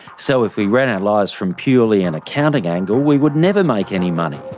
so if we ran our lives from purely an accounting angle we would never make any money.